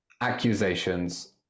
accusations